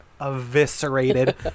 eviscerated